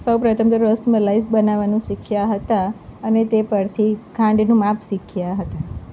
સૌપ્રથમ તો રસ મલાઈસ બનાવાનું શીખ્યાં હતા અને તે પરથી ખાંડનું માપ શીખ્યાં હતા